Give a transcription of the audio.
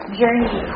journey